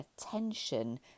attention